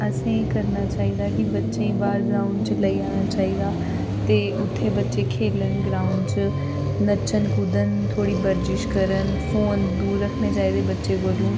असेंगी करना चाहिदा कि बच्चें बाह्र ग्राउंड च लेई जाना चाहिदा ते उत्थैं बच्चे खेलन ग्राउंड च नच्चन कुद्दन थोह्ड़ी बर्जिश करन फोन दूर रक्खने चाहिदे बच्चें कोला